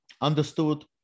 understood